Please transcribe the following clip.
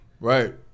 right